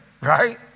right